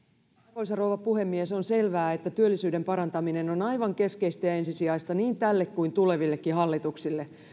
arvoisa rouva puhemies on selvää että työllisyyden parantaminen on aivan keskeistä ja ensisijaista niin tälle kuin tulevillekin hallituksille